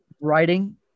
writing